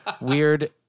weird